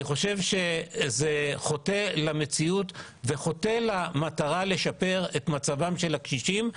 זה חוטא למציאות וחוטא למטרת שיפור מצבם של הקשישים.